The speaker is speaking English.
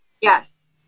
yes